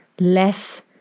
less